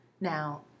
now